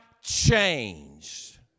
changed